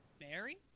Mary